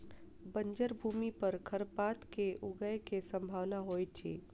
बंजर भूमि पर खरपात के ऊगय के सम्भावना होइतअछि